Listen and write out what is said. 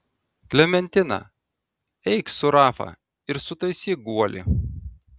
klementina eik su rafa ir sutaisyk guolį